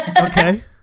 Okay